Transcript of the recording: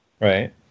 Right